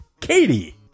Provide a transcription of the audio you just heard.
Katie